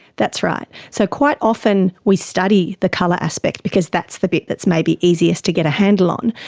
that's right. so quite often we study the colour aspect because that's the bit that's maybe easiest to get a handle on,